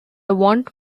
want